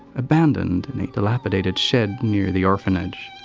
abandoned in a dilapidated shed near the orphanage.